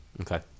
Okay